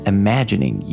imagining